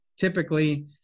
Typically